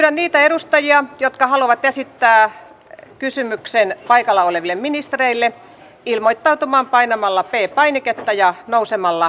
pyydän niitä edustajia jotka haluavat esittää kysymyksen paikalla oleville ministerille ilmoittautumaan painamalla p painiketta ja nousemalla seisomaan